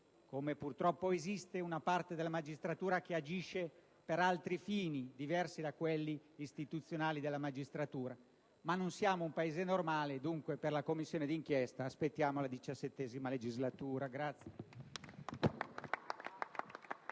come purtroppo esiste, una parte della magistratura che agisce per altri fini, diversi da quelli istituzionali della magistratura. Noi non siamo però un Paese normale e, dunque, per la Commissione di inchiesta aspettiamo la XVII legislatura.